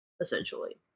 essentially